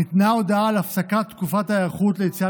ניתנה הודעה על הפסקת תקופת ההיערכות ליציאה